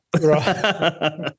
Right